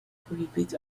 prohibit